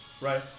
Right